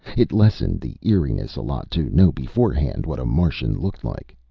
it lessened the eeriness a lot to know beforehand what a martian looked like.